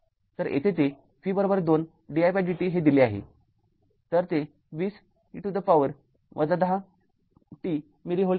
तर ते २० e to the power १० t millivolt असेल